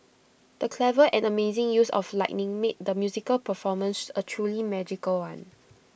the clever and amazing use of lighting made the musical performance A truly magical one